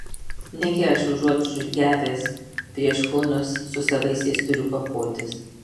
negi aš užuot žygiavęs prieš hunus su savaisiais turiu kapotis